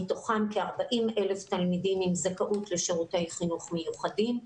מתוכם כ-40,000 תלמידים עם זכאות לשירותי חינוך מיוחדים.